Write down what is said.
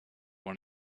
one